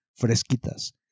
fresquitas